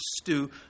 stew